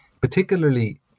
Particularly